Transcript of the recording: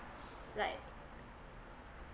like